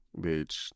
Bitch